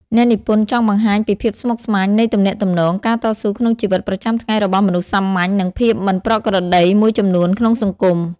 អ្នកនិពន្ធចង់បង្ហាញពីភាពស្មុគស្មាញនៃទំនាក់ទំនង ការតស៊ូក្នុងជីវិតប្រចាំថ្ងៃរបស់មនុស្សសាមញ្ញ និងភាពមិនប្រក្រតីមួយចំនួនក្នុងសង្គម។